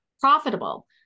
profitable